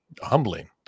humbling